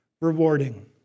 rewarding